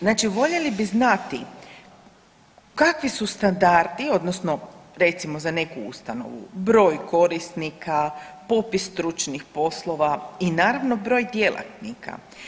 Znači voljeli bi znati kakvi su standardi odnosno recimo za neku ustanovu, broj korisnika, popis stručnih poslova i naravno broj djelatnika.